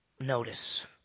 Notice